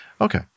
Okay